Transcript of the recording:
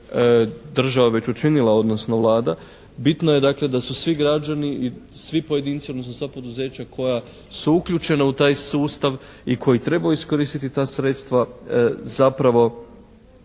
država već učinila odnosno Vlada. Bitno je dakle da su svi građani i svi pojedinci odnosno sva poduzeća koja su uključena u taj sustav i koji trebaju iskoristiti ta sredstva zapravo